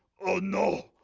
oh no,